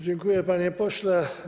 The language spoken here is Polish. Dziękuję, panie pośle.